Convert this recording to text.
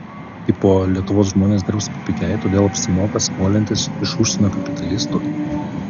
tipo lietuvos žmonės dirbs papigiai todėl apsimoka skolintis iš užsienio kapitalistų